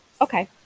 Okay